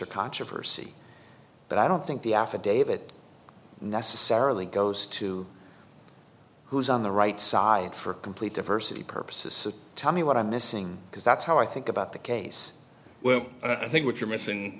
or controversy but i don't think the affidavit necessarily goes to who's on the right side for complete diversity purposes so tell me what i'm missing because that's how i think about the case well i think what you're missing